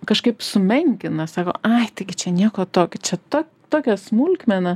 kažkaip sumenkina sako ai tai gi čia nieko tokio čia ta tokia smulkmena